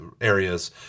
areas